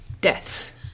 deaths